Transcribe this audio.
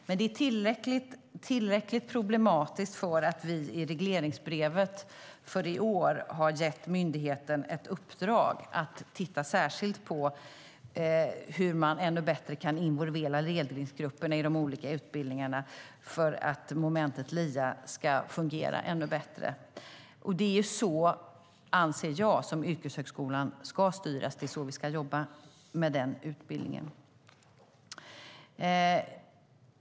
Men det är tillräckligt problematiskt för att vi i regleringsbrevet för i år har gett myndigheten ett uppdrag att titta särskilt på hur man ännu bättre kan involvera ledningsgrupperna i de olika utbildningarna för att momentet LIA ska fungera ännu bättre. Det är så yrkeshögskolan ska styras; det är så vi ska jobba med den utbildningen.